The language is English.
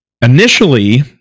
Initially